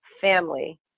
family